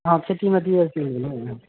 অঁ খেতি মাটি আছিল